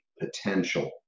potential